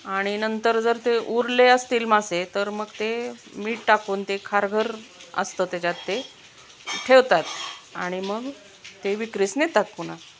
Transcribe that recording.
आणि नंतर जर ते उरले असतील मासे तर मग ते मीठ टाकून ते खारघर असतं त्याच्यात ते ठेवतात आणि मग ते विक्रीस नेतात पुन्हा